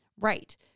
Right